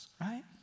right